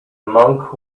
monk